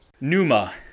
Numa